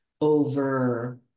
over